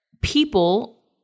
people